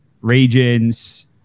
regions